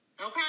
okay